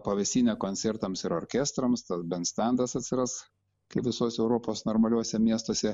pavėsinė koncertams ir orkestrams tas bent stendas atsiras kaip visuose europos normaliuose miestuose